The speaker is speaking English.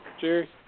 Jerry